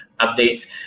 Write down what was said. updates